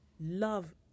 love